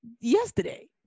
yesterday